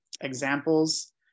examples